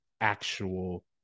actual